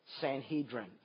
Sanhedrin